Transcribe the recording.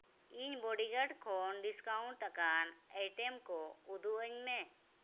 ᱤᱧ ᱵᱚᱰᱤᱜᱟᱨᱰ ᱠᱷᱚᱱ ᱰᱤᱥᱠᱟᱣᱩᱱᱴ ᱟᱠᱟᱱ ᱟᱭᱴᱮᱢ ᱠᱚ ᱩᱫᱩᱜᱼᱟᱹᱧ ᱢᱮ